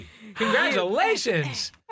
Congratulations